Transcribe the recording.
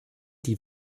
die